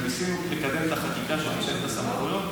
וניסינו לקדם את החקיקה כדי שהוא ינצל את הסמכויות.